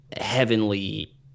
heavenly